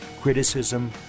criticism